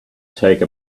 take